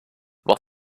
what